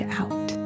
out